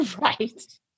Right